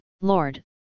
Lord